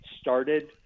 started